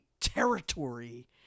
territory